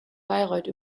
bayreuth